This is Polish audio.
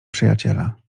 przyjaciela